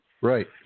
Right